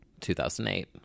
2008